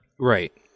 right